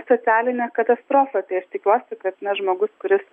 socialinę katastrofą tai aš tikiuosi kad na žmogus kuris